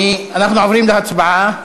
אנחנו עוברים להצבעה.